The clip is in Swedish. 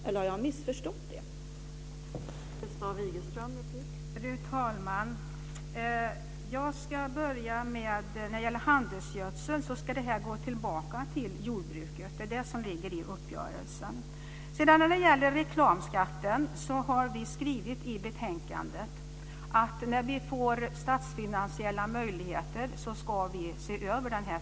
Eller har jag missförstått detta?